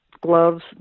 gloves